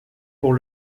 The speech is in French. pour